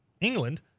England